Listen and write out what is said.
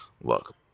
look